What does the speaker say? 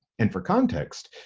and for context,